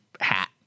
hat